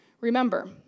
Remember